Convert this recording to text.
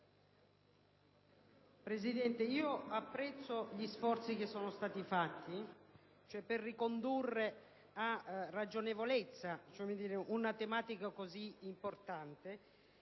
Presidente, apprezzo gli sforzi effettuati per ricondurre a ragionevolezza una tematica così importante.